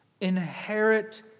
inherit